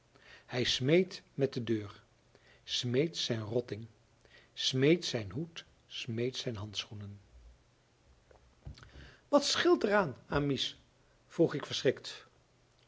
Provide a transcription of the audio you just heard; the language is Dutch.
hij smeet met de deur smeet zijn rotting smeet zijn hoed smeet zijn handschoenen wat scheelt er aan amice vroeg ik verschrikt